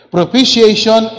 Propitiation